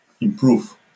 improve